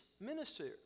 minister